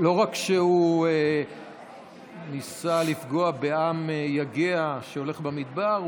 לא רק שהוא ניסה לפגוע בעם יגע שהולך במדבר,